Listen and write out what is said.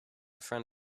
front